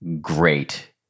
great